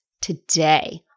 today